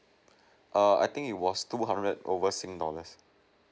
err I think it was two hundred over S_G dollars